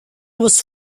was